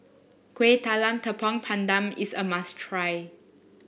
Kuih Talam Tepong Pandan is a must try